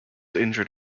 injured